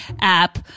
app